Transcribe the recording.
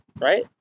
right